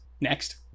next